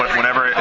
whenever